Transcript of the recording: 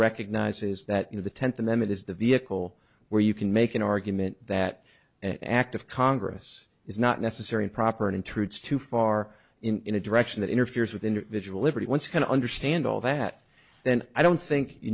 recognizes that you know the tenth amendment is the vehicle where you can make an argument that an act of congress is not necessary and proper and intrudes too far in a direction that interferes with individual liberty once you can understand all that then i don't think you